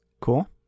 Cool